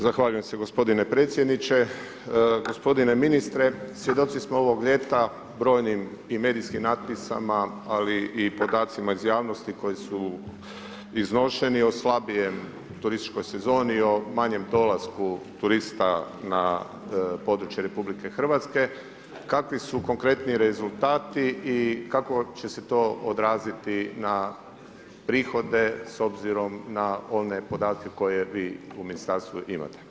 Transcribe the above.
Zahvaljujem se gospodine predsjedniče, gospodine ministre svjedoci smo ovoga ljeta brojnim i medijskim natpisima ali i podacima iz javnosti koji su iznošeni o slabijem turističkoj sezoni o manjem dolasku turista na područje RH, kakvi su konkretni rezultati kako će se to odraziti na prihode s obzirom na one podatke koje vi u ministarstvu imate?